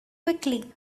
quickly